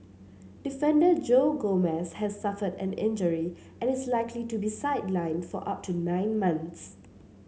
defender Joe Gomez has suffered an injury and is likely to be sidelined for up to nine months